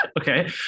Okay